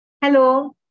Hello